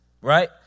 right